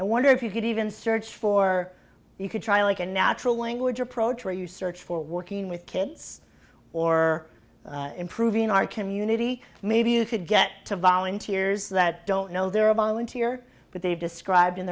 i wonder if you could even search for you could try like a natural language approach where you search for working with kids or improving our community maybe you could get to volunteers that don't know they're a volunteer but they described in